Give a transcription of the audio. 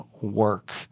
work